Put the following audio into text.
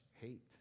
hate